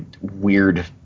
weird